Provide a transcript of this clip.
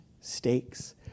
stakes